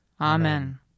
Amen